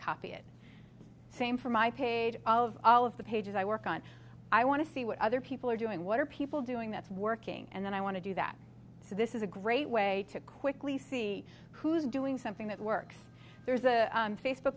copy it same from my paid of all of the pages i work on i want to see what other people are doing what are people doing that's working and then i want to do that so this is a great way to quickly see who's doing something that works there's a face